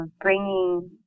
bringing